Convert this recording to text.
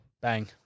Bang